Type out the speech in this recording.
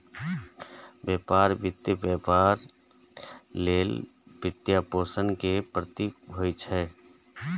व्यापार वित्त व्यापार लेल वित्तपोषण के प्रतीक होइ छै